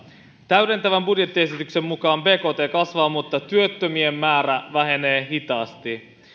täydentävän budjettiesityksen mukaan bkt kasvaa mutta työttömien määrä vähenee hitaasti